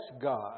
God